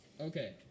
Okay